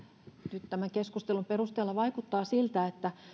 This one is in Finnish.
nyt tämän keskustelun perusteella vaikuttaa siltä että